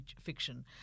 fiction